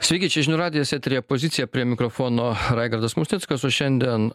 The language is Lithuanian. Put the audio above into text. sveiki čia žinių radijas eteryje pozicija prie mikrofono raigardas musnickas o šiandien